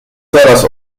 zaraz